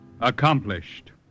accomplished